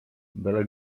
byle